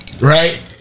Right